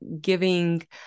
giving